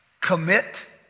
commit